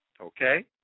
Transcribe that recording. Okay